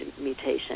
mutation